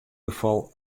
gefal